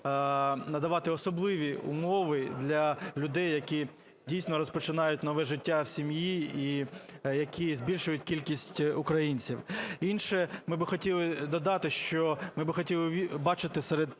надавати особливі умови для людей, які дійсно розпочинають нове життя в сім'ї і які збільшують кількість українців. Інше. Ми би хотіли додати, що ми би хотіли бачити серед